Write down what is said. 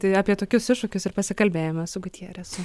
tai apie tokius iššūkius ir pasikalbėjome su gutjeresu